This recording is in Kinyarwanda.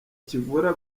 kivura